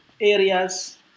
areas